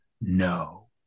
no